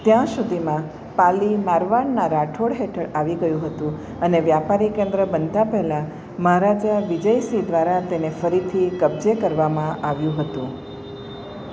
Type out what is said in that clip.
ત્યાં સુધીમાં પાલી મારવાડના રાઠોડ હેઠળ આવી ગયું હતું અને વ્યાપારી કેન્દ્ર બનતાં પહેલાં મહારાજા વિજય સિંહ દ્વારા તેને ફરીથી કબજે કરવામાં આવ્યું હતું